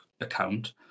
account